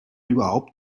überhaupt